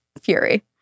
fury